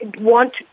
want